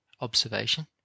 Observation